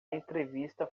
entrevista